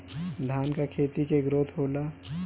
धान का खेती के ग्रोथ होला?